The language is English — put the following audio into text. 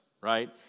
right